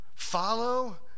Follow